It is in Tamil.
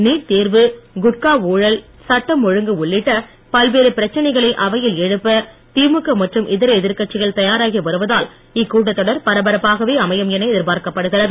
நீட் தேர்வு குட்கா ஊழல் சட்டம் ஒழங்கு உள்ளிட்ட பல்வேறு பிரச்சனைகளை அவையில் எழுப்ப திழுக மற்றும் இதர எதிர்கட்சிகள் தயாராகி வருவதால் இக்கூட்டத் தொடர் பரபரப்பாகவே அமையும் என எதிர்பார்க்கப் படுகிறது